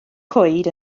coed